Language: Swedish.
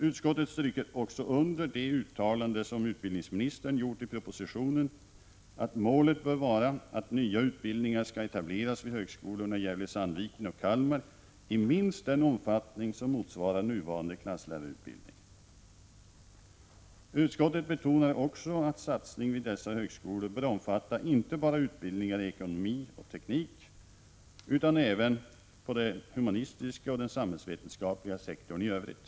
Utskottet understryker också det uttalande som utbildningsministern gjort i propositionen, att målet bör vara att nya utbildningar skall etableras vid högskolorna i Gävle-Sandviken och Kalmar i minst den omfattning som motsvarar den nuvarande klasslärarutbildningen. Utskottet betonar vidare att satsningar vid dessa högskolor bör omfatta, inte bara utbildningar i ekonomi och teknik, utan även utbildning inom den humanistiska och samhällsvetenskapliga sektorn i övrigt.